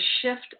shift